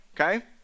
Okay